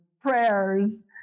prayers